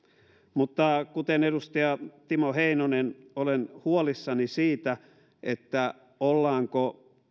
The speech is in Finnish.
mutta kuten edustaja timo heinonen olen huolissani siitä ollaanko